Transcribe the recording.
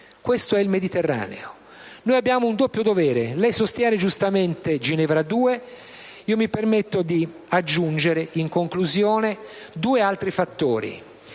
Questo è il Mediterraneo. Noi abbiamo un doppio dovere. Lei sostiene giustamente Ginevra 2; io mi permetto di aggiungere, in conclusione, due altri elementi.